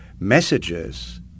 messages